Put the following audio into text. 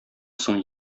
соң